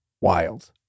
wild